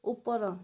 ଉପର